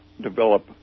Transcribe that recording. develop